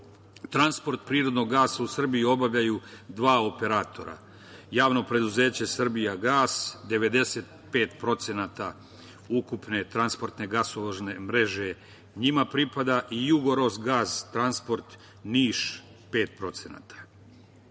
Transport prirodnog gasa u Srbiji obavljaju dva operatora, Javno preduzeće "Srbijagas" 95% ukupne transportne gasovodne mreže njima pripada i "Jugorozgas transport" Niš 5%.Zbog